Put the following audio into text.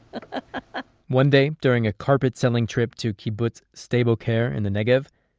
ah one day, during a carpet-selling trip to kibbutz sde boker in the negev,